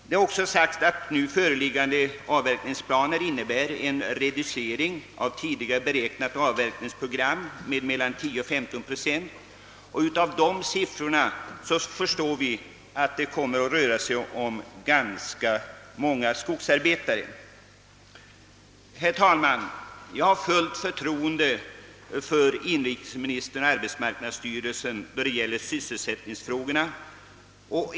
Det har också uppgivits, om jag är rätt underrättad, att nu föreliggande avverkningsplaner innebär en reduce kulturella och religiösa egenart ring av tidigare beräknat avverkningsprogram med mellan 10 och 15 procent, och av dessa siffror framgår att ganska många skogsarbetare kommer att beröras. Herr talman! Jag har fullt förtroende för inrikesministern och arbetsmarknadsstyrelsen när det gäller sysselsättningsfrågorna.